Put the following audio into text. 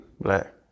Black